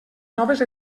noves